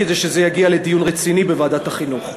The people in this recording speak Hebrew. כדי שזה יגיע לדיון רציני בוועדת החינוך.